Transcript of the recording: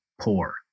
poor